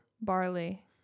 Barley